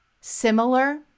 similar